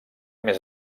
més